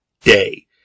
day